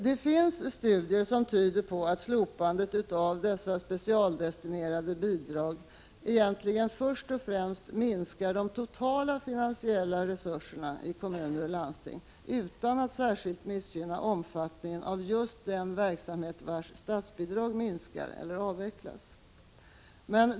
Det finns studier som tyder på att slopandet av specialdestinerade bidrag egentligen främst minskar de totala finansiella resurserna i kommuner och landsting utan att särskilt missgynna omfattningen av just den verksamhet vars statsbidrag minskas eller avvecklas.